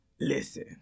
Listen